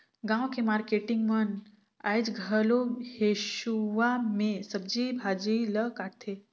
गाँव के मारकेटिंग मन आयज घलो हेसुवा में सब्जी भाजी ल काटथे